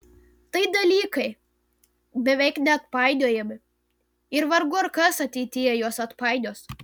tai dalykai beveik neatpainiojami ir vargu ar kas ateityje juos atpainios